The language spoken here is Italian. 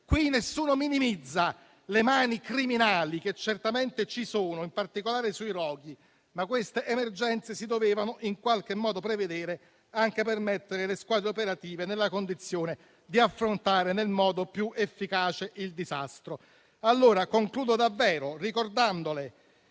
Qui nessuno minimizza le mani criminali che certamente ci sono, in particolare sui roghi, ma queste emergenze si dovevano in qualche modo prevedere, anche per mettere le squadre operative nella condizione di affrontare nel modo più efficace il disastro. Concludo davvero il